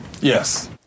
Yes